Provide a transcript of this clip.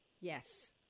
Yes